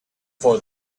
for